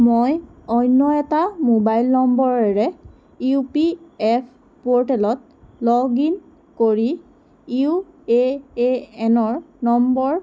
মই অন্য এটা মোবাইল নম্বৰেৰে ই পি এফ প'ৰ্টেলত লগ ইন কৰি U A A N number